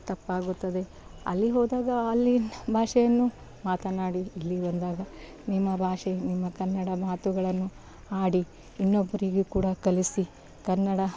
ತಪ್ಪಾಗುತ್ತದೆ ಅಲ್ಲಿ ಹೋದಾಗ ಅಲ್ಲಿ ಭಾಷೆಯನ್ನು ಮಾತನಾಡಿ ಇಲ್ಲಿ ಬಂದಾಗ ನಿಮ್ಮ ಭಾಷೆ ನಿಮ್ಮ ಕನ್ನಡ ಮಾತುಗಳನ್ನು ಆಡಿ ಇನ್ನೊಬ್ಬರಿಗೂ ಕೂಡ ಕಲಿಸಿ ಕನ್ನಡ